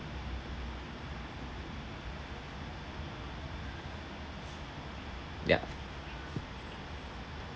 ya